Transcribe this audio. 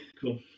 cool